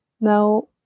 Now